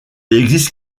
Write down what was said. existe